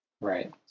right